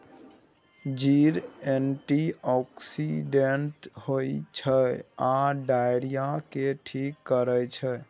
जीर एंटीआक्सिडेंट होइ छै आ डायरिया केँ ठीक करै छै